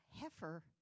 Heifer